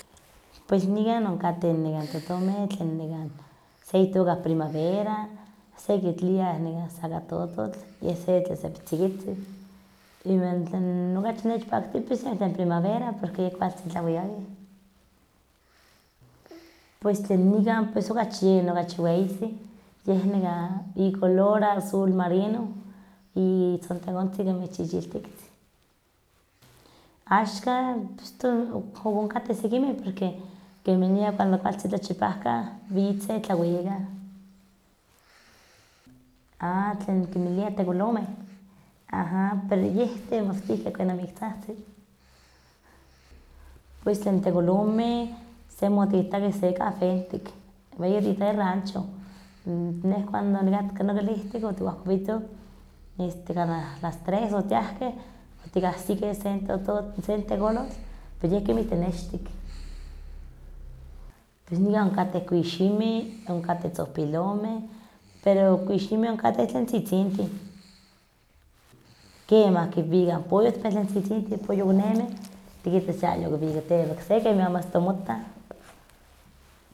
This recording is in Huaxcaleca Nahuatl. Pues nikan ionkateh nekah totomeh tlen nekan se itoka primavera, se kiliah nekan sakatototl, yeh se tlen sepa tzikitzin, iwan tlen okachi nechpakti yen tlen primavera porque yeh kualtzin tlakuikakin, pues tln nikan yen tlen okachi weyihtzin yeh nekan icolor nekan azul marino, itzontekontzin kemih chichiltiktzin, axkan pus ok onkateh sekinmeh porque kemanian cuando okachi tlachipahkan witzeh tlakuikah. Ah tlen kinmiliah tekolomeh, ah pero yeh temawtihkeh kenomih ik tzahtzih. Pues tlen tekolomeh semi otikitakeh se kahwentik, iwa yeh otikitakeh rancho, neh cuando onikatka nokalihtik otikuahkowitoh, este kanah las tres otiahkeh otihasikeh sen tototzin sen tekolotl pero yeh kemih tenextik. Pues nikan onkateh kuiximeh, onkateh tzopilomeh, pero kuiximeh onkateh tlen tzitzintih, kemah kinwikah pollohtin pero tlen tzitzintih pollohkonemeh, tikitas yayokiwikatewak se kemih amo asta motah.